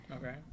Okay